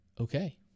Okay